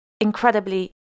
incredibly